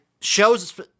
shows